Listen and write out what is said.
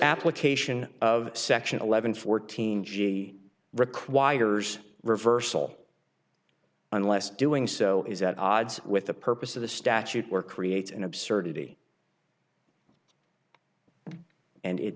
application of section eleven fourteen g requires reversal unless doing so is at odds with the purpose of the statute or creates an absurdity and it